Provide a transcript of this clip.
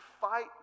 fight